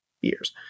years